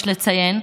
יש לציין.